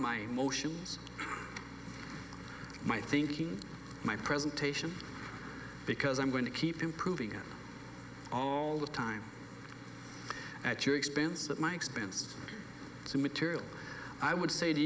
my emotions my thinking my presentation because i'm going to keep improving it all the time at your expense at my expense material i would